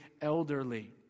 elderly